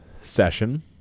session